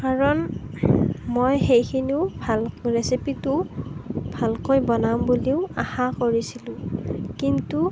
কাৰণ মই সেইখিনিও ৰেচিপিটো ভালকৈ বনাম বুলিও আশা কৰিছিলোঁ কিন্তু